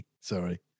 Sorry